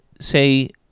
say